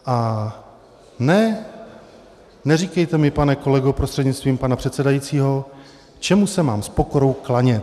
A neříkejte mi, pane kolego prostřednictvím pana předsedajícího, čemu se mám s pokorou klanět.